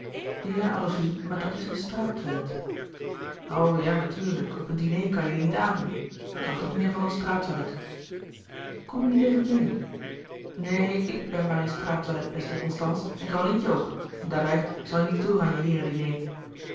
adolfine maar dat is een straattoilet o ja natuurlijk op een diner kan je die niet aandoen ik hoû toch meer van dat straattoilet kom je niet even binnen neen ik ben maar in straattoilet beste constance en carolientje ook en daarbij ik zal je niet storen aan je heerendiner